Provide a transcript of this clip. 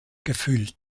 gefüllt